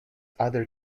other